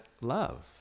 love